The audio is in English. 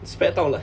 spread 到完